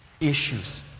Issues